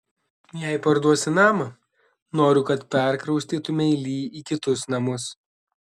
jei parduosi namą noriu kad perkraustytumei lee į kitus namus